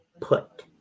put